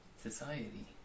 society